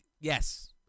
yes